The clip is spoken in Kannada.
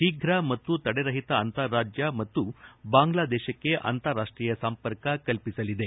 ಶೀಘ್ರ ಮತ್ತು ತಡೆರಹಿತ ಅಂತಾರಾಜ್ಯ ಮತ್ತು ಬಾಂಗ್ಲಾದೇಶಕ್ಕೆ ಅಂತಾರಾಷ್ಷೀಯ ಸಂಪರ್ಕ ಕಲ್ಪಿಸಲಿದೆ